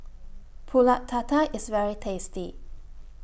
Pulut Tatal IS very tasty